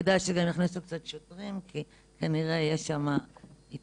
כדאי שגם יכניסו קצת שוטרים כי כנראה תהיה שם אלימות,